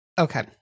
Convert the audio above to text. Okay